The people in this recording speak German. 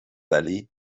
valley